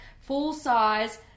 full-size